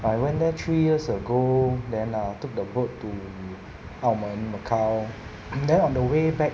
I went there three years ago then uh took the boat to 澳门 macau then on the way back